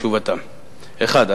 מי שייקח,